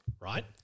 right